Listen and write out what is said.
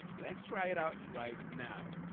let's try it out right now.